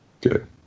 Good